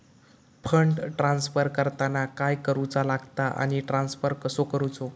Fund transfer करताना काय करुचा लगता आनी ट्रान्स्फर कसो करूचो?